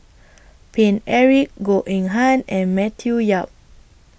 Paine Eric Goh Eng Han and Matthew Yap